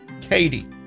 Katie